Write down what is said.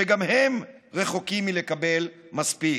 שגם הם רחוקים מלקבל מספיק.